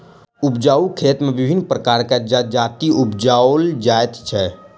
उपजाउ खेत मे विभिन्न प्रकारक जजाति उपजाओल जाइत छै